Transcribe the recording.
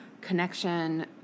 connection